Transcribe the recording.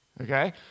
Okay